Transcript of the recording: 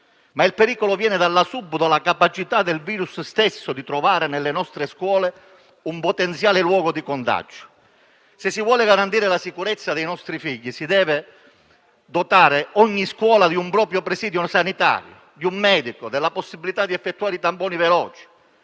Il pericolo viene infatti dalla subdola capacità del virus stesso di trovare nelle nostre scuole un potenziale luogo di contagio. Se si vuole garantire la sicurezza dei nostri figli si deve dotare ogni scuola di un proprio presidio sanitario, di un medico, della possibilità di effettuare tamponi veloci.